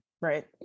Right